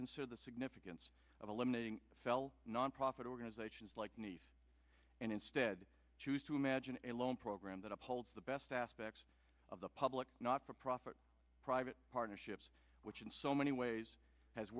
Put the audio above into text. consider the significance of eliminating cell nonprofit organizations like need and instead choose to imagine a loan program that upholds the best aspects of the public not for profit private partnerships which in so many ways has